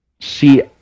see